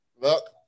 look